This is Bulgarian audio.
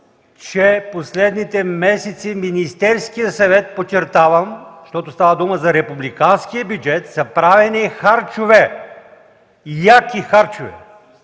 че последните месеци в Министерския съвет, подчертавам, защото става дума за републиканския бюджет, са правени харчове – яки харчове!